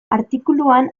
artikuluan